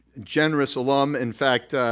generous alumn, in fact,